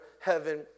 heaven